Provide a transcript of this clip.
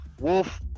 wolf